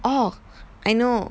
orh I know